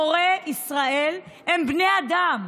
מורי ישראל הם בני אדם.